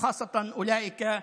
ובייחוד במשבר הזה,